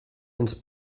ens